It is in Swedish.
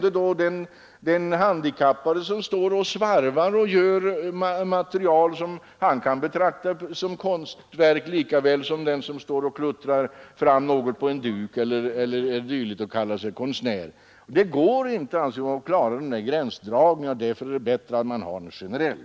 En handikappad som står och svarvar kan lika väl betrakta sitt material som ett konstverk som en som klottrar någonting på en duk eller dylikt. Vi anser, att det inte går att klara den gränsdragningen. Därför är det bättre att man har en generell.